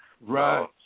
Right